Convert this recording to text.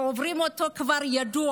שהם עוברים אותה, זה כבר ידוע.